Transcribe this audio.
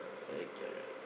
okay alright